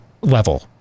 level